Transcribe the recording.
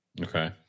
Okay